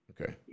Okay